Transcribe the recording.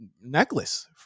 necklace